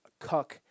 cuck